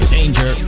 Danger